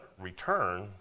return